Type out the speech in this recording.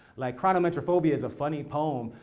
like chronomentrophobia is a funny poem,